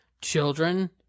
children